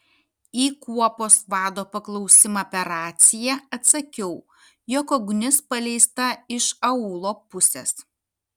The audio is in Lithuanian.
į kuopos vado paklausimą per raciją atsakiau jog ugnis paleista iš aūlo pusės